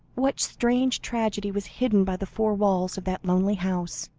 what strange tragedy was hidden by the four walls of that lonely house?